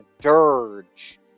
dirge